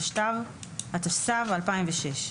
התשס"ו-2006,